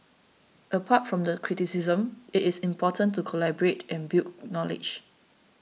apart from the criticism it is important to collaborate and build knowledge